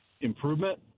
improvement